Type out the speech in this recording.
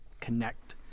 connect